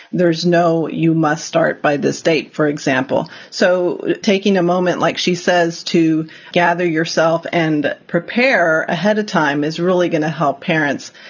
there's no you must start by the state, for example. so taking a moment, like she says, to gather yourself and prepare ahead of time is really going to help parents.